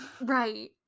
Right